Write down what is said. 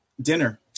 dinner